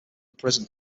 prison